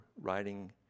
writing